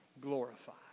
glorified